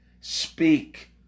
speak